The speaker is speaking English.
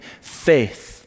faith